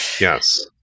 yes